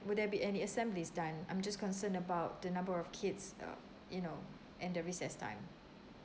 will there be any assemblies done I'm just concerned about the number of kids uh you know and the recess time